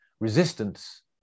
Resistance